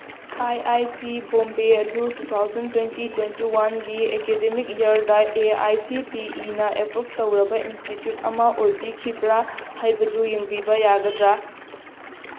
I I T Bombay ꯑꯗꯨ two thousand twenty twenty ꯋꯥꯟꯒꯤ academic ꯏꯌꯔꯗ ꯑꯦ ꯑꯥꯏ ꯁꯤ ꯇꯤ ꯏꯅ ꯑꯦꯄ꯭ꯔꯨꯞ ꯇꯧꯔꯕ ꯏꯟꯁꯇꯤꯇ꯭ꯋꯨꯠ ꯑꯃ ꯑꯣꯏꯕꯤꯈꯤꯕ꯭ꯔꯥ ꯍꯥꯏꯕꯗꯨ ꯌꯦꯡꯕꯤꯕ ꯌꯥꯒꯗ꯭ꯔꯥ